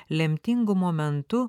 lemtingu momentu